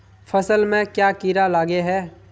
फसल में क्याँ कीड़ा लागे है?